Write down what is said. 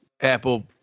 Apple